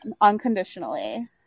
unconditionally